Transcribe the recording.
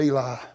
Eli